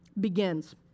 begins